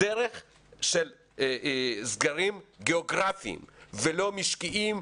דרך של סגרים גיאוגרפיים ולא משקיים,